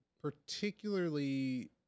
particularly